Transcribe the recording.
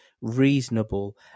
reasonable